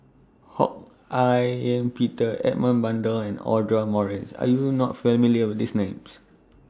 Ho Hak Ean Peter Edmund Blundell and Audra Morrice Are YOU not familiar with These Names